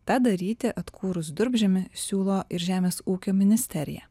tą daryti atkūrus durpžemį siūlo ir žemės ūkio ministerija